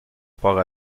sports